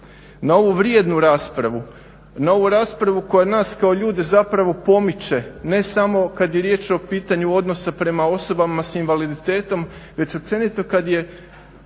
na ovu vrijednu raspravu, na ovu raspravu koja nas kao ljude zapravo pomiče ne samo kad je riječ o pitanju odnosa prema osobama s invaliditetom već općenito kad je